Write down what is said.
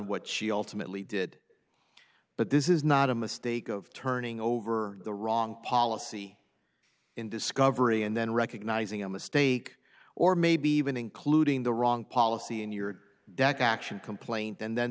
what she ultimately did but this is not a mistake of turning over the wrong policy in discovery and then recognizing a mistake or maybe even including the wrong policy in your back action complaint and then